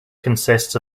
consists